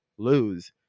lose